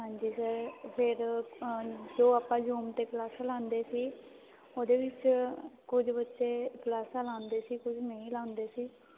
ਹਾਂਜੀ ਸਰ ਫਿਰ ਜੋ ਆਪਾਂ ਜੂਮ 'ਤੇ ਕਲਾਸਾਂ ਲਾਉਂਦੇ ਸੀ ਉਹਦੇ ਵਿੱਚ ਕੁਝ ਬੱਚੇ ਕਲਾਸਾਂ ਲਾਉਂਦੇ ਸੀ ਕੁਝ ਨਹੀਂ ਲਾਉਂਦੇ ਸੀ